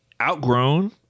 outgrown